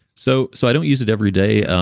so so i don't use it every day,